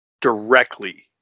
directly